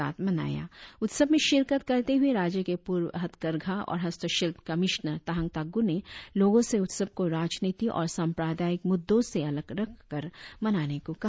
Siang eco सिस्ट रिकत करते हुए राज्य के पूर्व हथकरघा और हस्तशिल्प कमिशनर ताहांग ताग्गू रोगों से उत्सव को राजनीति और सांप्रदायिक मुद्दों से अलग रखकर मनाने वा कहा